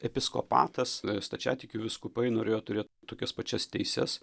episkopatas stačiatikių vyskupai norėjo turėt tokias pačias teises